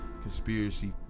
conspiracy